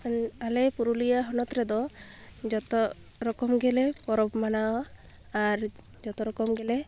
ᱟᱞᱮ ᱯᱩᱨᱩᱞᱤᱭᱟᱹ ᱦᱚᱱᱚᱛ ᱨᱮᱫᱚ ᱡᱚᱛᱚ ᱨᱚᱠᱚᱢᱜᱮ ᱞᱮ ᱯᱚᱨᱚᱵᱽ ᱢᱟᱱᱟᱣᱟ ᱟᱨ ᱡᱚᱛᱚ ᱨᱚᱠᱚᱢᱜᱮ ᱞᱮ